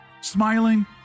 smiling